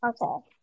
Okay